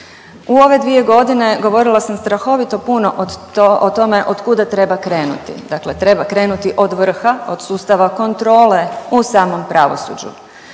U ove 2.g. govorila sam strahovito puno o tome otkuda treba krenuti, dakle treba krenuti od vrha, od sustava kontrole u samom pravosuđu.